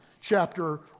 chapter